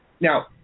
Now